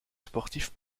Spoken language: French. sportif